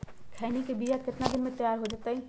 खैनी के बिया कितना दिन मे तैयार हो जताइए?